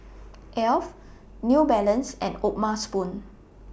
Alf New Balance and O'ma Spoon